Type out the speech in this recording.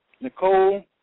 Nicole